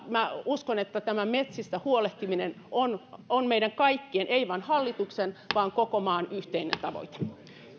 minä uskon että tämä metsistä huolehtiminen on on meidän kaikkien ei vain hallituksen vaan koko maan yhteinen tavoite